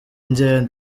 ngendo